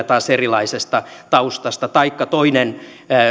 taas erilaisesta taustasta taikka toinen